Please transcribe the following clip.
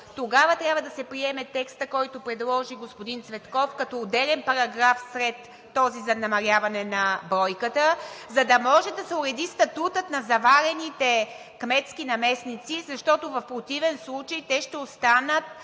тогава трябва да се приема текстът, който предложи господин Цветков, като отделен параграф след този за намаляване на бройката, за да може да се уреди статутът на заварените кметски наместници, защото в противен случай те ще останат